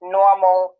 normal